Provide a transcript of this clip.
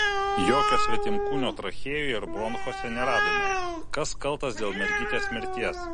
jokio svetimkūnio trachėjoje ir bronchuose neradome kas kaltas dėl mergytės mirties